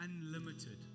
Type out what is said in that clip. unlimited